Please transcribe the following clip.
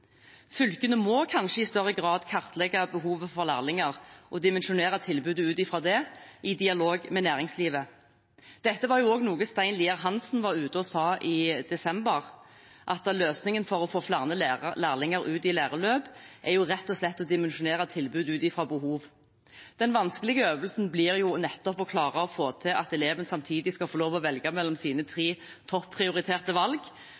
Fylkene må kanskje i større grad kartlegge behovet for lærlinger og dimensjonere tilbudet ut fra det i dialog med næringslivet. Dette var også noe Stein Lier-Hansen var ute og sa i desember, at løsningen for å få flere lærlinger ut i læreløp rett og slett er å dimensjonere tilbudet ut fra behov. Den vanskelige øvelsen blir nettopp å klare å få til at eleven samtidig skal få lov å velge mellom sine tre topprioriterte valg.